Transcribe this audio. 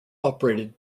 operated